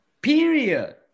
Period